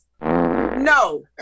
No